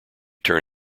turn